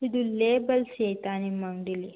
ಇದು ಲೇಬಲ್ಸೇತ ನಿಮ್ಮ ಅಂಗಡೀಲಿ